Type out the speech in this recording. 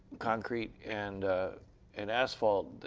concrete and and asphalt?